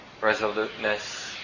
resoluteness